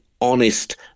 honest